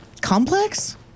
complex